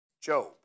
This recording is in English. Job